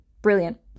brilliant